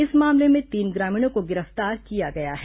इस मामले में तीन ग्रामीणों को गिरफ्तार किया गया है